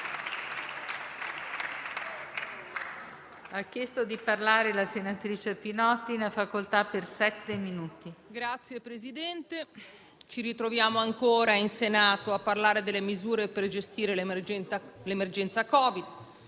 Signor Presidente, ci ritroviamo ancora in Senato a parlare delle misure per gestire l'emergenza Covid-19.